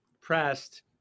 pressed